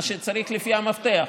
מה שצריך לפי המפתח.